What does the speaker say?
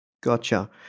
Gotcha